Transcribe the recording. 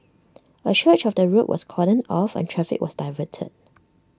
A stretch of the road was cordoned off and traffic was diverted